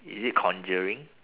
is it conjuring